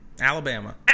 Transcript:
Alabama